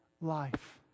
life